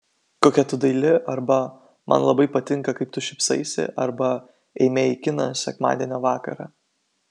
kokia tu daili arba man labai patinka kaip tu šypsaisi arba eime į kiną sekmadienio vakarą